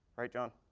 right john?